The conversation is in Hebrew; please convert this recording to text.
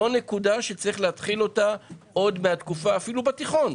זו נקודה יש להתחיל אותה אפילו בתיכון.